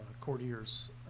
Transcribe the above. courtiers